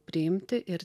priimti ir